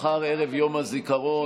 מחר ערב יום הזיכרון,